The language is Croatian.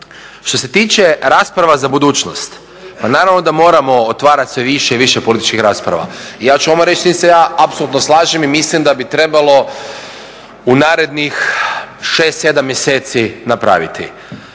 Što se tiče rasprava za budućnost naravno da moramo otvarati sve više i više političkih rasprava. Ja ću vama reći s čim se ja apsolutno slažem i mislim da bi trebalo u narednih 6, 7 mjeseci napraviti.